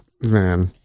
man